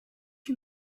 you